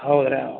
ಹೌದ್ರಾ